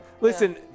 Listen